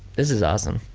this is awesome.